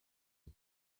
and